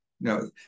no